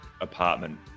apartment